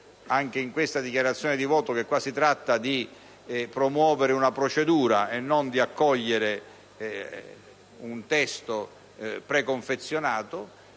anche in questa dichiarazione di voto che qui si tratta di promuovere una procedura e non di accogliere un testo preconfezionato.